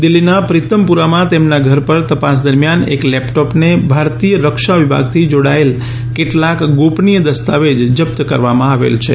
દિલ્ફીના પ્રીતમપુરામાં તેમના ગર પર તપાસ દરમિયાન એક લેપટોપ અને ભારતીય રક્ષા વિભાગોથી જોડાયેલ કેટલાક ગોપનીય દસ્તાવેજ જપત કરવામાં આવેલ છે